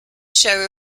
show